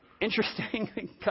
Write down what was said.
interesting